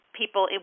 people